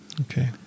Okay